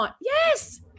Yes